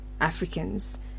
Africans